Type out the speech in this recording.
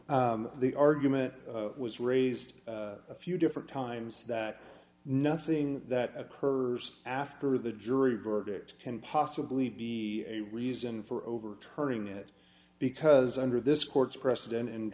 the argument was raised a few different times that nothing that occurs after the jury verdict can possibly be a reason for overturning it because under this court's precedent in